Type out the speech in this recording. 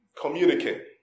Communicate